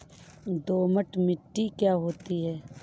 दोमट मिट्टी क्या होती हैं?